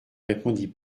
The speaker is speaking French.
répondit